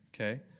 Okay